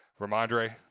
Ramondre